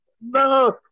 No